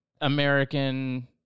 American